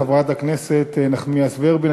תודה רבה לחברת הכנסת נחמיאס ורבין.